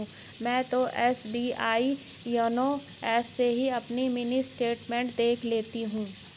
मैं तो SBI YONO app से ही अपनी मिनी स्टेटमेंट देख लेती हूँ